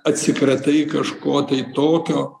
atsikratai kažko tai tokio